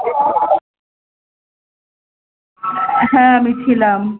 হ্যাঁ আমি ছিলাম